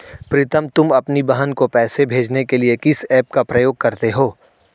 प्रीतम तुम अपनी बहन को पैसे भेजने के लिए किस ऐप का प्रयोग करते हो?